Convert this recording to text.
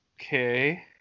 Okay